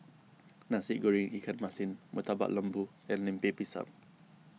Nasi Goreng Ikan Masin Murtabak Lembu and Lemper Pisang